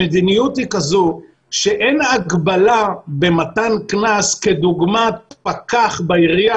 המדיניות היא כזו שאין הגבלה במתן קנס כדוגמת פקח בעירייה